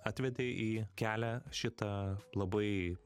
atvedė į kelią šitą labai